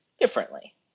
differently